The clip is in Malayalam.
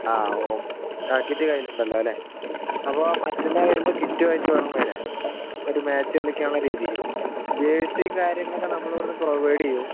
ആ ഓക്കേ ആ കിറ്റ് കയ്യിലുണ്ടല്ലോ അല്ലേ അപ്പോൾ മറ്റന്നാൾ വരുമ്പോൾ കിറ്റുമായിട്ട് വേണം വരാൻ ഒരു മാച്ച് കളിക്കാനുള്ള രീതിയിൽ ജേഴ്സി കാര്യങ്ങൊക്കെ നമ്മൾ ഇവിടെ നിന്ന് പ്രോവൈഡ് ചെയ്യും